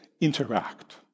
interact